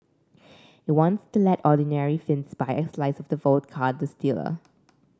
it wants to let ordinary Finns buy a slice of the vodka distiller